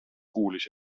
kuulis